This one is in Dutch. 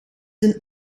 een